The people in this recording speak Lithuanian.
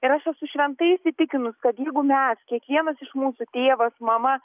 ir aš esu šventai įsitikinus kad jeigu mes kiekvienas iš mūsų tėvas mama